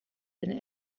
and